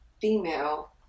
female